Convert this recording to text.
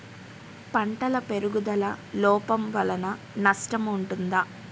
పంటల పెరుగుదల లోపం వలన నష్టము ఉంటుందా?